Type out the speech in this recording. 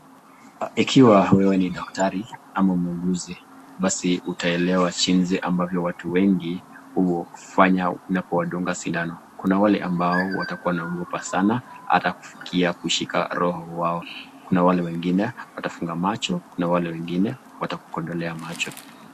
Ikiwa wewe ni daktari ama mwuguzi, basi utaelewa jinsi ambavyo watu wengi hufanya na kuwadunga sindano. Kuna wale ambao watakuwa wanaogopa sana hata kufikia kushika roho wao, kuna wale wengine watafunga macho, kuna wale wengine watakukodolea macho.